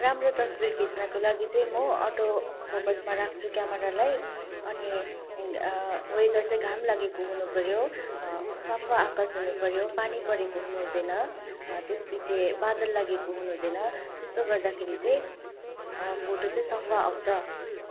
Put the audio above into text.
राम्रो तस्बिर खिच्नको लागि चाहिँ म अटो फोकसमा राख्छु क्यामरालाई अनि वेदर चाहिँ घाम लागेको हुनु पऱ्यो सफा आकाश हुनु पऱ्यो पानी परेको हुनु हुँदैन त्यस पछि बादल लागेको हुनु हुँदैन त्यसो गर्दाखेरि चाहिँ फोटो चाहिँ सफा आउँछ